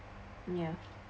ya